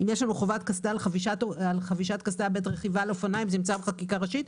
יש לנו חובת חבישת קסדה בעת רכיבה על אופניים זה צו חקיקה ראשית,